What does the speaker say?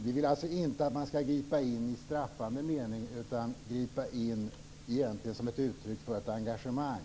Vi vill alltså inte att man skall gripa in i straffande mening utan som ett uttryck för ett engagemang.